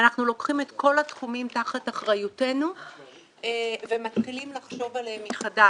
אנחנו לוקחים את כל התחומים תחת אחריותנו ומתחילים לחשוב עליהם מחדש.